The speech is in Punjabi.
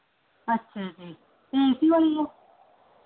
ਅੱਛਾ ਜੀ ਅਤੇ ਏ ਸੀ ਵਾਲੀ ਆ